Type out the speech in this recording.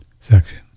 section